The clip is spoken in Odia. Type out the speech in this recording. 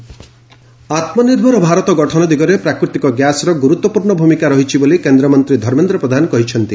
ଧର୍ମେନ୍ଦ୍ର ପ୍ରଧାନ ଆତ୍ମନିର୍ଭର ଭାରତ ଗଠନ ଦିଗରେ ପ୍ରାକୃତିକ ଗ୍ୟାସ୍ର ଗୁରୁତ୍ୱପୂର୍ଣ୍ଣ ଭୂମିକା ରହିଛି ବୋଲି କେନ୍ଦ୍ରମନ୍ତ୍ରୀ ଧର୍ମେନ୍ଦ୍ର ପ୍ରଧାନ କହିଛନ୍ତି